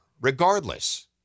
regardless